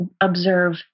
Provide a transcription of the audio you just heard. observe